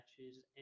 matches